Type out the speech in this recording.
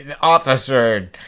Officer